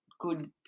good